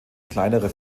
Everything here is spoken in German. kleinere